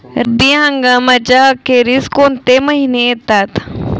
रब्बी हंगामाच्या अखेरीस कोणते महिने येतात?